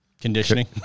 Conditioning